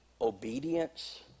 obedience